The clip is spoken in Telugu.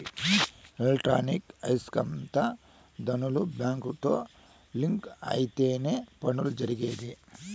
ఎలక్ట్రానిక్ ఐస్కాంత ధ్వనులు బ్యాంకుతో లింక్ అయితేనే పనులు జరిగేది